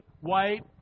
white